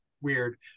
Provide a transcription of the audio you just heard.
weird